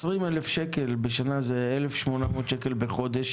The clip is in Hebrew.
20 אלף שקל בשנה זה 1800 שקל בחודש